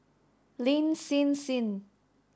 Lin Hsin Hsin